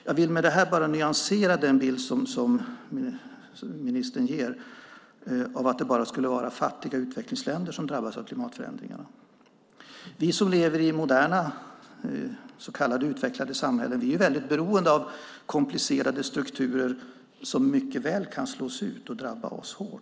Jag vill med detta nyansera den bild som ministern ger av att det bara skulle vara fattiga utvecklingsländer som drabbas av klimatförändringarna. Vi som lever i moderna, så kallade utvecklade samhällen är väldigt beroende av komplicerade strukturer som mycket väl kan slås ut och drabba oss hårt.